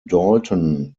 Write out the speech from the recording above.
dalton